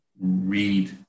read